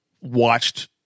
watched